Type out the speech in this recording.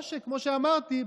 או שכמו שאמרתי,